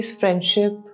friendship